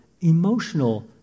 emotional